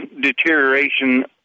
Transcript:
deterioration